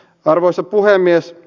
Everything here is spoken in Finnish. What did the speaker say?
arvoisa puhemies